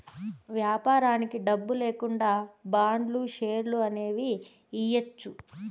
వ్యాపారానికి డబ్బు లేకుండా బాండ్లు, షేర్లు అనేవి ఇయ్యచ్చు